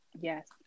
yes